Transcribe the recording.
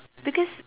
because